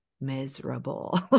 miserable